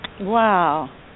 Wow